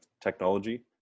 technology